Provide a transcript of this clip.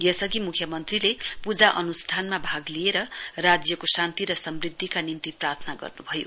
यसअधि मुख्यमन्त्रीले पूजा अनुष्ठानमा भाग लिएर राज्यको शान्ति र सम्ध्दका निम्ति प्रार्थना गर्नुभयो